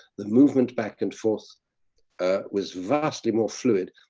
the movement back and forth was vastly more fluid.